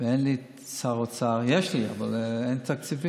ואין לי שר אוצר, יש לי, אבל אין תקציבים,